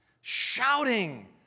shouting